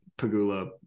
Pagula